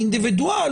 האינדיבידואל,